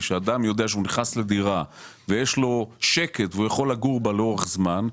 שאדם יודע שהוא נכנס לדירה ויש לו שקט והוא יכול לגור בה לאורך זמן,